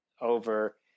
over